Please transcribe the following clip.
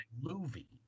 movie